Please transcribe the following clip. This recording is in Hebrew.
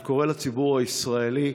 אני קורא לציבור הישראלי: